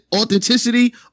Authenticity